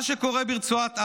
מה שקורה ברצועת עזה,